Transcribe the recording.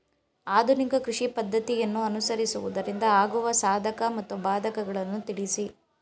ಆಧುನಿಕ ಕೃಷಿ ಪದ್ದತಿಯನ್ನು ಅನುಸರಿಸುವುದರಿಂದ ಆಗುವ ಸಾಧಕ ಮತ್ತು ಬಾಧಕಗಳನ್ನು ತಿಳಿಸಿ?